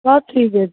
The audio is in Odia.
ହଉ ଠିକ୍ ଅଛି